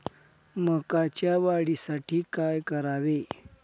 मकाच्या वाढीसाठी काय करावे?